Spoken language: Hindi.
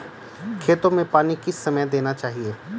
खेतों में पानी किस समय देना चाहिए?